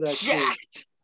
jacked